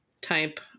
type